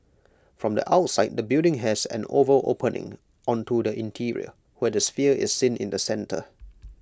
from the outside the building has an oval opening onto the interior where the sphere is seen in the centre